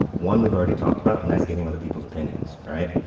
one we've already talked about. and that's getting other people's opinions. all right.